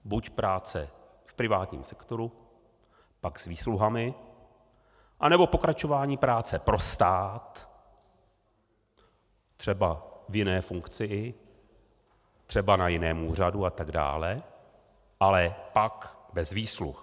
Buď práce v privátním sektoru, pak s výsluhami, anebo pokračování práce pro stát třeba i v jiné funkci, třeba i na jiném úřadu atd., ale pak bez výsluh.